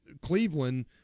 Cleveland